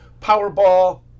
Powerball